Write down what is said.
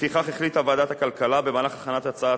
לפיכך החליטה ועדת הכלכלה במהלך הכנת הצעת